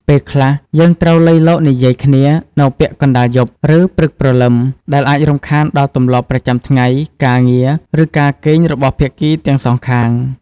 ពេលខ្លះ យើងត្រូវលៃលកនិយាយគ្នានៅពាក់កណ្តាលយប់ ឬព្រឹកព្រលឹម ដែលអាចរំខានដល់ទម្លាប់ប្រចាំថ្ងៃ ការងារ ឬការគេងរបស់ភាគីទាំងសងខាង។